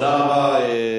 תודה רבה.